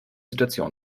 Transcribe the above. situation